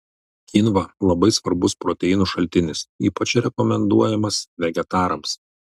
kynva labai svarbus proteinų šaltinis ypač rekomenduojamas vegetarams